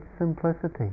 simplicity